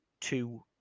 two